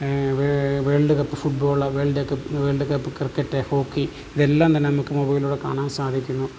world cup football വേൾഡൊക്കെ world cup cricket hockey ഇതെല്ലം തന്നെ നമുക്ക് മൊബൈലിലൂടെ കാണാൻ സാധിക്കുന്നു